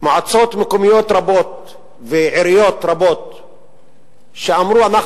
מועצות מקומיות רבות ועיריות רבות שאמרו: אנחנו